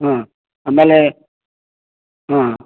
ಹಾಂ ಆಮೇಲೆ ಹಾಂ